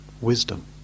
wisdom